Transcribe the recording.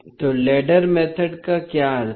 तो ladder method का क्या अर्थ है